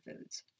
foods